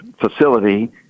facility